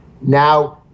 now